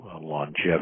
longevity